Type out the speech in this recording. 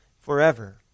forever